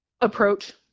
approach